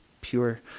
pure